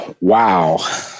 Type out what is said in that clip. Wow